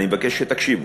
אני מבקש שתקשיבו,